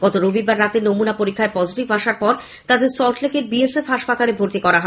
গত রবিবার রাতে নমনা পরীক্ষায় পজিটিভ আসার পর তাদের সলটলেক বিএসএফ হাসপাতালে ভর্তি করা হয়